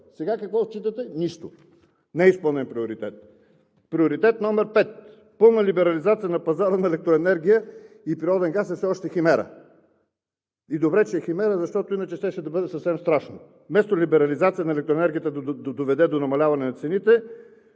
Сега какво отчитате? Нищо! Неизпълнен приоритет. Приоритет номер пет – пълната либерализация на пазара на електроенергия и природен газ все още е химера. И добре, че е химера, защото иначе щеше да бъде съвсем страшно. Вместо либерализацията на електроенергията да доведе до намаляване на цените,